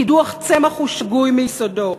כי דוח צמח הוא שגוי מיסודו,